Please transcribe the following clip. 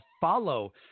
Follow